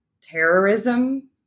terrorism